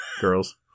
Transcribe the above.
Girls